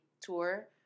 tour